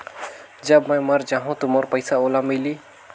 जब मै मर जाहूं तो मोर पइसा ओला मिली?